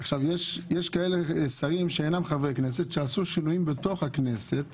יש שרים שאינם חברי כנסת שעשו שינויים בתוך הכנסת